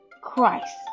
Christ